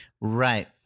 right